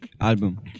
Album